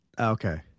okay